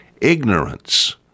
Ignorance